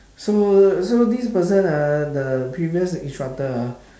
so so this person ah the previous instructor ah